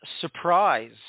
surprise